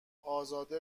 ازاده